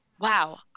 wow